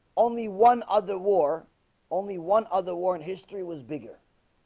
only one other war only one other war in history was bigger,